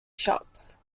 shops